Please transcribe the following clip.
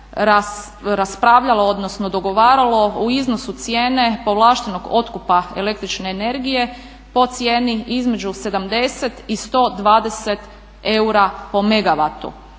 raspravljalo, odnosno dogovaralo u iznosu cijene povlaštenog otkupa električne energije po cijeni između 70 i 120 eura po megavatu.